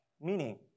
Meaning